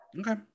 Okay